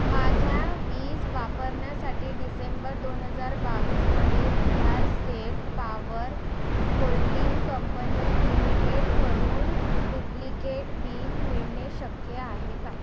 माझ्या वीज वापरण्यासाठी डिसेंबर दोन हजार बावीसमध्ये Bihar state power holding company लिमिटेडकडून डुप्लिकेट बिल मिळणे शक्य आहे का